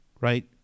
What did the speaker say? right